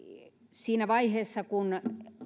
siinä vaiheessa kun